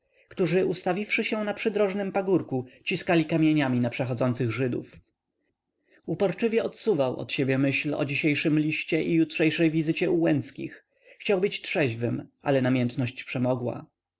którzy ustawiwszy się na przydrożnym pagórku ciskali kamieniami na przechodzących żydów uporczywie odsuwał od siebie myśl o dzisiejszym liście i jutrzejszej wizycie u łęckich chciał być trzeźwym ale namiętność przemogła